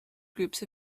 groups